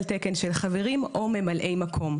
יושבים על תקן של חברים או ממלאי מקום.